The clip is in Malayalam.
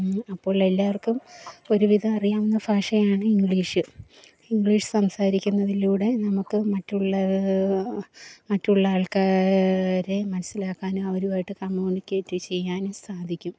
അപ്പോഴെല്ലാവർക്കും ഒരുവിധമറിയാവുന്ന ഭാഷയാണ് ഇങ്ക്ലീഷ് ഇങ്ക്ളീഷ് സംസാരിക്കുന്നതിലൂടെ നമുക്ക് മറ്റുള്ള മറ്റുള്ള ആൾക്കാ രെ മനസ്സിലാക്കാനും അവരുമായിട്ട് കമ്യൂണിക്കേറ്റ് ചെയ്യാനും സാധിക്കും